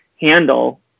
handle